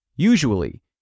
Usually